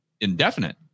indefinite